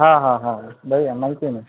हां हां हां बढिया माहिती आहे ना